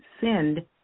send